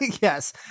yes